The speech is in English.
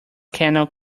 canal